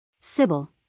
Sybil